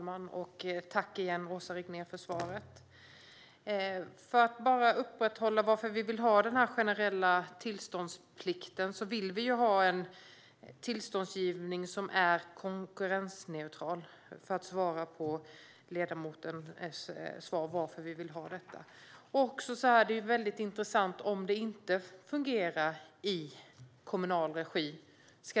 Fru talman! Tack igen, Åsa Regnér, för svaret! Låt mig bara upprepa varför vi vill ha denna generella tillståndsplikt. Vi vill ha en tillståndsgivning som är konkurrensneutral, vilket också är svar på den socialdemokratiska ledamotens fråga om varför vi vill ha detta. Det vore intressant att få höra om det ska få fortsätta om det hela inte fungerar i kommunal regi.